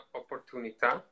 opportunità